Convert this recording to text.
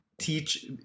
teach